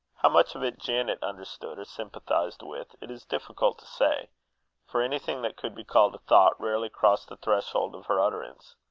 how much of it janet understood or sympathized with, it is difficult to say for anything that could be called a thought rarely crossed the threshold of her utterance.